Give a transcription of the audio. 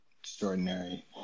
Extraordinary